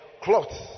cloths